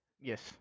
Yes